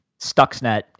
stuxnet